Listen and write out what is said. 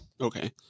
Okay